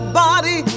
body